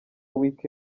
week